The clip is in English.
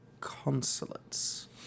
consulates